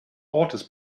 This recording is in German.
ortes